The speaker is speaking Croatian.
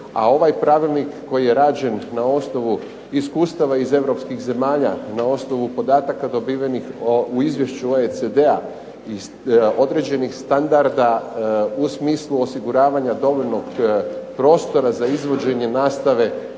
a ovaj Pravilnik koji je rađen na osnovu iskustava iz europskih zemalja, na osnovu podataka dobivenih iz OECD-a iz određenih standarda u smislu osiguravanja dovoljnog prostora za izvođenje nastave